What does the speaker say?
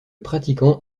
pratiquant